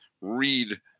read